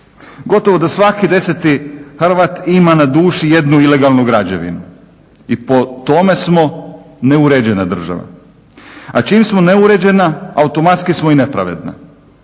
Gotovo da svaki deseti Hrvat ima na duši jednu ilegalnu građevinu i po tome smo neuređena država. A čim smo neuređena, automatski smo nepravedna.